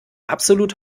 absolut